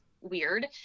weird